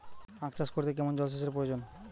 আখ চাষ করতে কেমন জলসেচের প্রয়োজন?